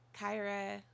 Kyra